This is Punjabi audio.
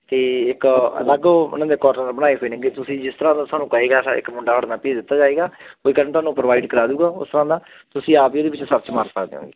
ਅਤੇ ਇੱਕ ਅਲੱਗ ਉਹਨਾਂ ਦੇ ਕੋਰਨਰ ਬਣਾਏ ਹੋਏ ਨੇਗੇ ਤੁਸੀਂ ਜਿਸ ਤਰ੍ਹਾਂ ਦਾ ਸਾਨੂੰ ਕਹੇਗਾ ਇੱਕ ਮੁੰਡਾ ਤੁਹਾਡੇ ਨਾਲ ਭੇਜ ਦਿੱਤਾ ਜਾਵੇਗਾ ਕੋਈ ਪ੍ਰੋਵਾਈਡ ਕਰਾ ਦੂਗਾ ਉਸ ਹਿਸਾਬ ਨਾਲ ਤੁਸੀਂ ਆਪ ਵੀ ਉਹਦੇ ਵਿੱਚ ਸਰਚ ਮਾਰ ਸਕਦੇ ਹੋ